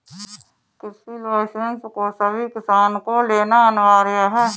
कृषि लाइसेंस को सभी किसान को लेना अनिवार्य है